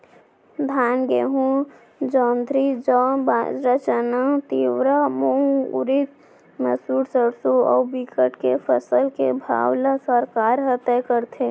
धान, गहूँ, जोंधरी, जौ, बाजरा, चना, तिंवरा, मूंग, उरिद, मसूर, सरसो अउ बिकट के फसल के भाव ल सरकार ह तय करथे